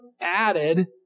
added